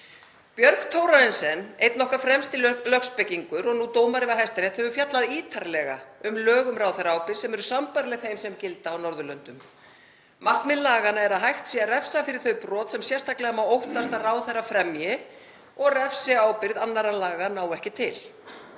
Björg Thorarensen, einn okkar fremsti lögspekingur og nú dómari við Hæstarétt, hefur fjallað ítarlega um lög um ráðherraábyrgð sem eru sambærileg þeim sem gilda á Norðurlöndum. Markmið laganna er að hægt sé að refsa fyrir þau brot sem sérstaklega má óttast að ráðherra fremji og refsiábyrgð annarra laga nær ekki til.